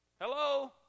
Hello